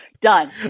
Done